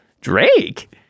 Drake